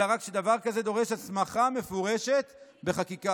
אלא רק שדבר כזה דורש הסמכה מפורשת בחקיקה.